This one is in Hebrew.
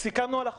סיכמנו על החוק,